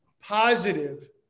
Positive